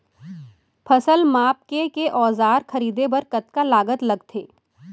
फसल मापके के औज़ार खरीदे बर कतका लागत लगथे?